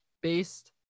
based